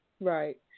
Right